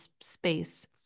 space